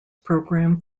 program